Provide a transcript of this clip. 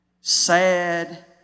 sad